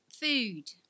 Food